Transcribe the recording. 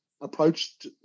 approached